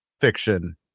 fiction